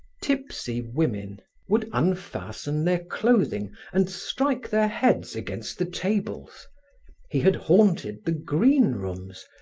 tipsy women would unfasten their clothing and strike their heads against the tables he had haunted the green rooms,